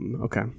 Okay